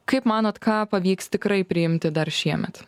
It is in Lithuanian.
kaip manot ką pavyks tikrai priimti dar šiemet